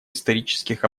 исторических